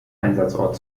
einsatzort